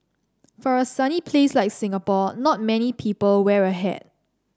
for a sunny place like Singapore not many people wear a hat